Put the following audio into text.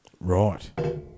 Right